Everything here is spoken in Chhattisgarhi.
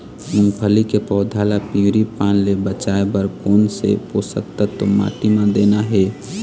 मुंगफली के पौधा ला पिवरी पान ले बचाए बर कोन से पोषक तत्व माटी म देना हे?